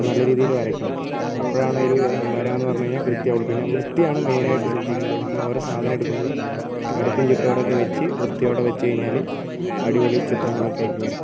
നല്ല രീതിയിൽ വരയ്ക്കണം അപ്പോഴാണ് ഒരു വരാമെന്ന് പറഞ്ഞു കഴിഞ്ഞാൽ കൃത്യമാവുകയുള്ളൂ പിന്നെ വൃത്തിയാണ് മൈനായിട്ട് സൂക്ഷിക്കേണ്ടത് നമ്മളോരോ സാധനം എടുക്കുമ്പോഴും അടുക്കും ചിട്ടയോടൊക്കെ വച്ച് വൃത്തിയോടെ വച്ചു കഴിഞ്ഞാൽ അടിപൊളി ചിത്രങ്ങളൊക്കെയാക്കി വരാം